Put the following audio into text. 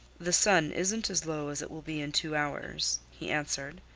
the sun isn't as low as it will be in two hours, he answered.